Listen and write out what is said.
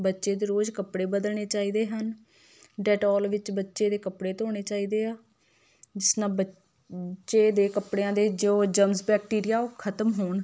ਬੱਚੇ ਦੇ ਰੋਜ਼ ਕੱਪੜੇ ਬਦਲਣੇ ਚਾਹੀਦੇ ਹਨ ਡੈਟੋਲ ਵਿੱਚ ਬੱਚੇ ਦੇ ਕੱਪੜੇ ਧੋਣੇ ਚਾਹੀਦੇ ਆ ਜਿਸ ਨਾਲ ਬੱਚੇ ਦੇ ਕੱਪੜਿਆਂ ਦੇ ਜੋ ਜਮਸ ਬੈਕਟੀਰੀਆ ਉਹ ਖਤਮ ਹੋਣ